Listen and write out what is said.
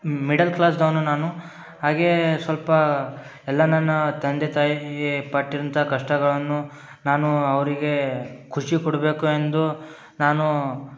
middle ಕ್ಲಾಸ್ದವನು ನಾನು ಹಾಗೇ ಸ್ವಲ್ಪ ಎಲ್ಲ ನನ್ನ ತಂದೆ ತಾಯಿ ಪಟ್ಟಿದಂಥ ಕಷ್ಟಗಳನ್ನು ನಾನು ಅವರಿಗೆ ಖುಷಿ ಕೊಡಬೇಕು ಎಂದು ನಾನು